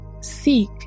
Seek